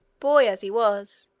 boy as he was,